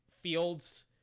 field's